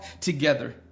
together